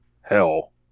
Hell